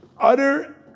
utter